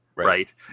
Right